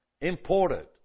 imported